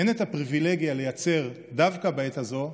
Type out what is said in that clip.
אין את הפריבילגיה לייצר, דווקא בעת הזאת,